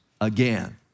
again